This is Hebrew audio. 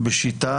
בשיטה